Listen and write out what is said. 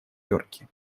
йорке